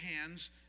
hands